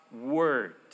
word